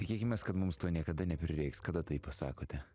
tikėkimės kad mums to niekada neprireiks kada tai pasakote